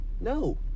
No